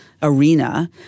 arena